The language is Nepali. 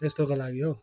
त्यस्तोको लागि हौ